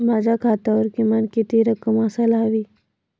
माझ्या खात्यावर किमान किती रक्कम असायला हवी?